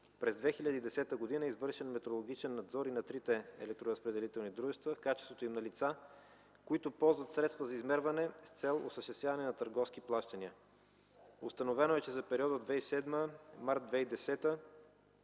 През 2010 г. е извършен метрологичен надзор и на трите електроразпределителни дружества в качеството им на лица, които ползват средства за измерване с цел осъществяване на търговски плащания. Установено е, че в периода 2007 - март 2010 г.,